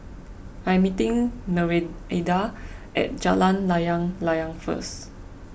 I am meeting Nereida at Jalan Layang Layang first